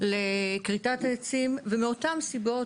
לכריתת עצים ומאותן סיבות,